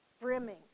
brimming